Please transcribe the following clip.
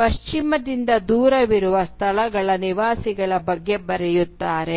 ಪಶ್ಚಿಮದಿಂದ ದೂರವಿರುವ ಸ್ಥಳಗಳ ನಿವಾಸಿಗಳ ಬಗ್ಗೆ ಬರೆಯುತ್ತಾರೆ